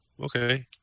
Okay